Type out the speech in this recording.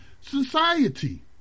society